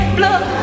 blood